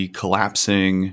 collapsing